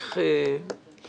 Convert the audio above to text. הישיבה ננעלה בשעה 13:50.